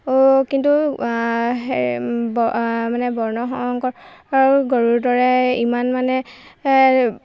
কিন্তু মানে বৰ্ণসং কৰ গৰুৰ দৰে ইমান মানে